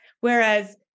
Whereas